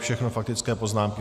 Všechno faktické poznámky.